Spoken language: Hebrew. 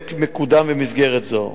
הפרויקט מקודם במסגרת זו.